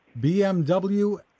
BMW